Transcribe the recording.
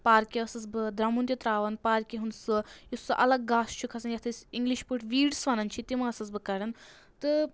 پارکہِ ٲسٕس بہٕ دَرٛمُن تہِ ترٛاوَان پارکہِ ہُنٛد سُہ یُس سُہ الگ گاسہٕ چھُ کھَسان یَتھ أسۍ اِنگلِش پٲٹھۍ ویٖڈٕس وَنَان چھِ تِم ٲسٕس بہٕ کَڑان تہٕ